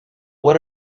what